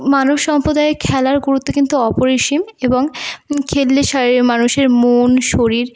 মানুষ সম্প্রদায়ে খেলার গুরুত্ব কিন্তু অপরিসীম এবং খেললে শারীর মানুষের মন শরীর